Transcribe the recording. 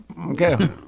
Okay